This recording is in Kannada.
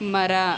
ಮರ